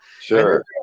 Sure